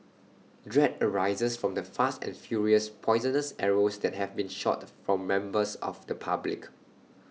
dread arises from the fast and furious poisonous arrows that have been shot from members of the public